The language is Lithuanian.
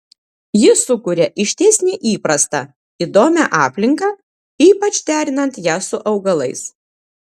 ji sukuria išties neįprastą įdomią aplinką ypač derinant ją su augalais